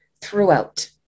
throughout